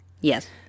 yes